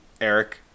Eric